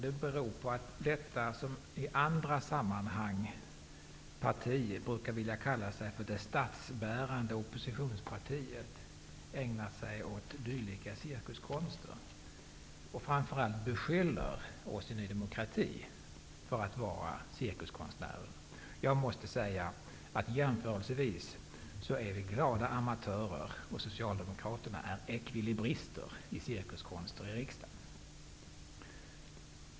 Det beror på att detta parti, som i andra sammanhang brukar vilja kalla sig för det statsbärande oppositionspartiet, ägnar sig åt dylika cirkuskonster och framför allt beskyller oss i Ny demokrati för att vara cirkuskonstnärer. Jag måste säga att vi jämförelsevis är glada amatörer och att Socialdemokraterna är ekvilibrister i cirkuskonster i riksdagen.